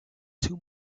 two